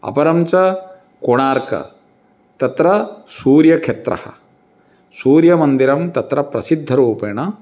अपरञ्च कोणार्कः तत्र सूर्यक्षेत्रं सूर्यमन्दिरं तत्र प्रसिद्धरूपेण